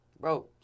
bro